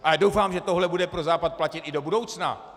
A doufám, že tohle bude pro Západ platit i do budoucna.